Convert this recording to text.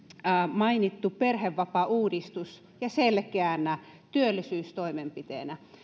mainittu perhevapaauudistus selkeänä työllisyystoimenpiteenä se